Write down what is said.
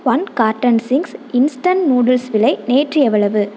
one carton Ching's instant noodles விலை நேற்று எவ்வளவு